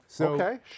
Okay